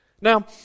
Now